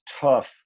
tough